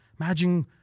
imagine